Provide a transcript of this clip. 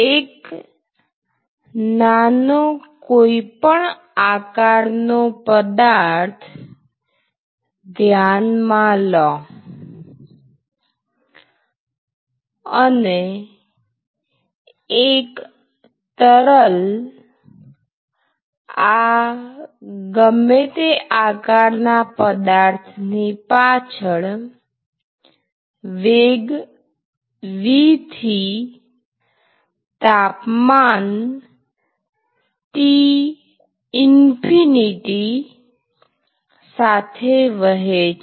એક નાનો કોઈપણ આકારનો પદાર્થ ધ્યાનમાં લો અને એક તરલ આ ગમે તે આકારના પદાર્થ ની પાછળ વેગ v થી તાપમાન T∞ સાથે વહે છે